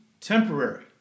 temporary